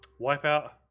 wipeout